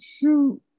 shoot